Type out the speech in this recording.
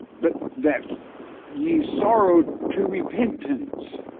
but that you sorrowed to repentance,